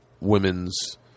women's